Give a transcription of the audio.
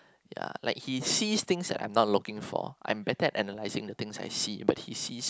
ya like he sees things that I'm not looking for I'm better at analysing the things I see but he sees